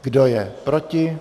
Kdo je proti